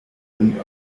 nun